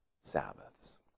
Sabbaths